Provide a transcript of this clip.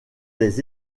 des